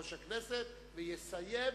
יושב-ראש הכנסת, ויסיים,